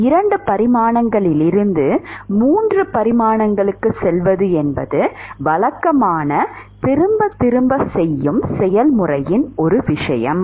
2 பரிமாணத்திலிருந்து 3 பரிமாணங்களுக்குச் செல்வது வழக்கமான திரும்பத் திரும்பச் செய்யும் செயல்முறையின் ஒரு விஷயம்